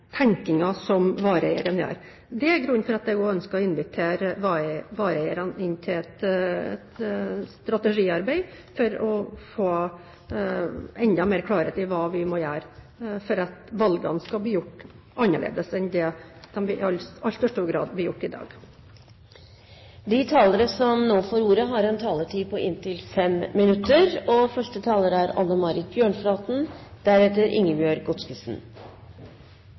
som vareeierne gjør. Det er grunnen til at jeg ønsker å invitere vareeierne til et strategiarbeid, slik at man kan få enda mer klarhet i hva vi må gjøre for at valgene skal bli annerledes enn dem man i altfor stor grad tar i dag. Godstransport til sjøs og på bane har lavere utslipp enn veitransport. Samtidig medfører økt veitrafikk økt ulykkesfrekvens. Derfor er